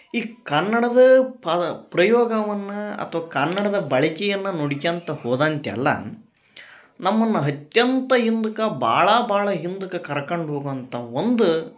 ಈ ಕನ್ನಡದ ಪದ ಪ್ರಯೋಗವನ್ನ ಅಥ್ವಾ ಕನ್ನಡದ ಬಳಕೆಯನ್ನ ನೋಡ್ಕ್ಯಂತಾ ಹೋದಂತೆಲ್ಲ ನಮ್ಮನ್ನ ಅತ್ಯಂತ ಹಿಂದ್ಕ ಭಾಳ ಭಾಳ ಹಿಂದಕ್ಕ ಕರ್ಕಂಡು ಹೋಗುವಂಥಾ ಒಂದು